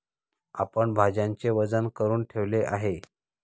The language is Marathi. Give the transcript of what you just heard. आपण भाज्यांचे वजन करुन ठेवले आहे